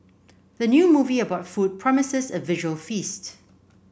the new movie about food promises a visual feast